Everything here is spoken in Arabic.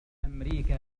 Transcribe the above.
لأمريكا